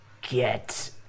Get